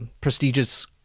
prestigious